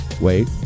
Wait